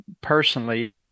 personally